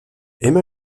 emma